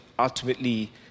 ultimately